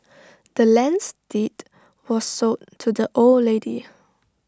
the land's deed was sold to the old lady